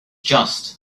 just